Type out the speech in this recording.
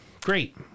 Great